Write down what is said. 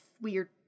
weird